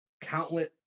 countless